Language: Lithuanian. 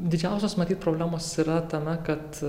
didžiausios matyt problemos yra tame kad